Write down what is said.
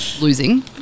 losing